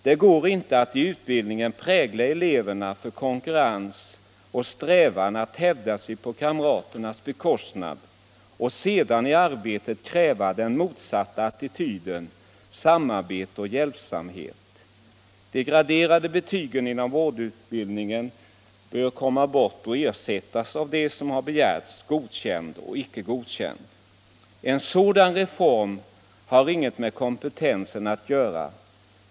Det går inte att i utbildningen prägla eleverna för konkurrens och strävan att hävda sig på kamraternas bekostnad och sedan i arbetet kräva den motsatta attityden — samarbete och hjälpsamhet. De graderade betygen inom vårdutbildningen bör tas bort och ersättas av det som har begärts, godkänd och icke godkänd. En sådan reform har inget med kompetensen att göra.